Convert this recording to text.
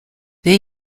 they